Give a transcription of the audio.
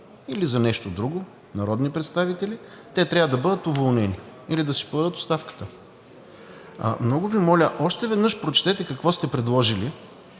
или за нещо друго – народни представители, трябва да бъдат уволнени или да си подадат оставката. Много Ви моля, още веднъж прочетете какво сте предложили